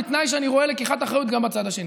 בתנאי שאני רואה לקיחת אחריות גם בצד השני.